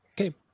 okay